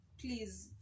please